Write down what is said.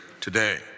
today